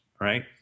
right